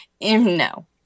No